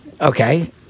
Okay